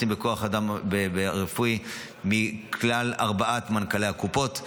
בכוח האדם הרפואי מכלל ארבעת מנכ"לי הקופות,